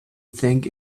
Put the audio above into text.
think